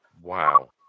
Wow